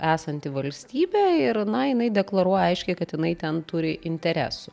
esanti valstybė ir na jinai deklaruoja aiškiai kad jinai ten turi interesų